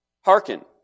Hearken